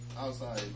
Outside